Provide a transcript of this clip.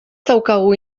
daukazu